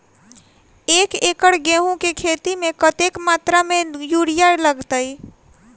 एक एकड़ गेंहूँ केँ खेती मे कतेक मात्रा मे यूरिया लागतै?